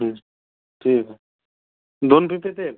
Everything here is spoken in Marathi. हा ठीक आहे दोन पिशव्या तेल